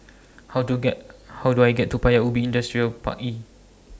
How Do How Do I get to Paya Ubi Industrial Park E